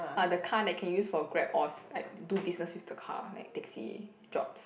uh the car that can use for Grab or s~ like do business with the car like taxi jobs